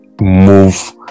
move